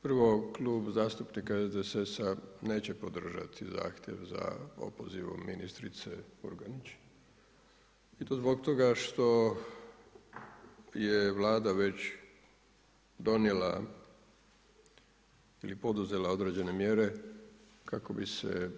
Prvo, Klub zastupnika SDSS-a neće podržati zahtjev za opozivom ministrice Murganić i to zbog toga što je Vlada već donijela ili poduzela određene mjere kako bi se